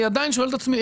אני עדיין שואל את עצמי,